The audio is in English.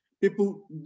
People